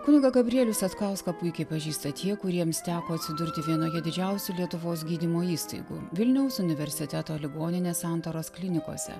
kunigą gabrielių satkauską puikiai pažįsta tie kuriems teko atsidurti vienoje didžiausių lietuvos gydymo įstaigų vilniaus universiteto ligoninės santaros klinikose